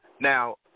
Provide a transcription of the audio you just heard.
Now